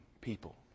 people